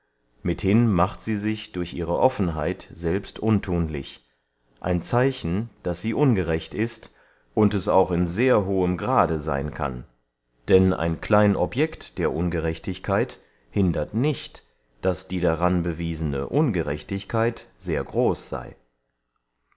mithin macht sie sich durch ihre offenheit selbst unthunlich ein zeichen daß sie ungerecht ist und es auch in sehr hohem grade seyn kann denn ein klein object der ungerechtigkeit hindert nicht daß die daran bewiesene ungerechtigkeit sehr groß sey